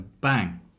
bang